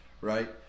right